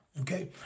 okay